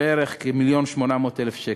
הוא בערך 1.8 מיליון שקל.